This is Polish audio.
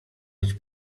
mieć